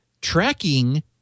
tracking